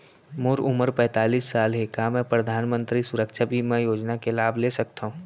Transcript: मोर उमर पैंतालीस साल हे का मैं परधानमंतरी सुरक्षा बीमा योजना के लाभ ले सकथव?